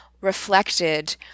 reflected